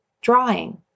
drawing